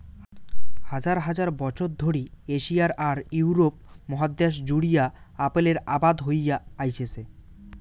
হাজার হাজার বছর ধরি এশিয়া আর ইউরোপ মহাদ্যাশ জুড়িয়া আপেলের আবাদ হয়া আইসছে